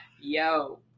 Yo